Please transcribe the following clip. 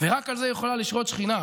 ורק על זה יכולה לשרות שכינה,